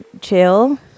chill